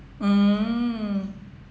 mm